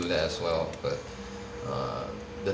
do that as well but err the